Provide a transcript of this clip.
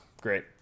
great